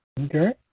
Okay